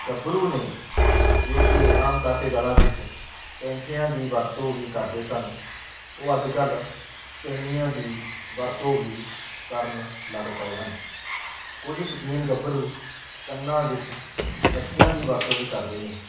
ਗੱਭਰੂ ਨੇ ਜੋ ਕਿ ਆਮ ਕਰਕੇ ਗਲਾਂ ਵਿੱਚ ਕੈਂਠਿਆਂ ਦੀ ਵਰਤੋਂ ਵੀ ਕਰਦੇ ਸਨ ਉਹ ਅੱਜ ਕੱਲ੍ਹ ਚੈਨੀਆਂ ਦੀ ਵਰਤੋਂ ਵੀ ਕਰਨ ਲੱਗ ਪਏ ਹਨ ਕੁਝ ਸ਼ੌਕੀਨ ਗੱਭਰੂ ਕੰਨਾਂ ਵਿੱਚ ਨੱਤੀਆਂ ਦੀ ਵਰਤੋਂ ਵੀ ਕਰਦੇ ਨੇ